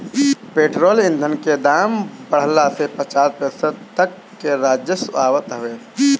petrol ईधन के दाम बढ़ला से पचास प्रतिशत तक ले राजस्व आवत हवे